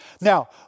Now